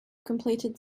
completed